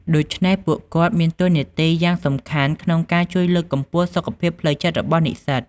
ដូច្នេះ ពួកគាត់មានតួនាទីយ៉ាងសំខាន់ក្នុងការជួយលើកកម្ពស់សុខភាពផ្លូវចិត្តរបស់និស្សិត។